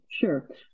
sure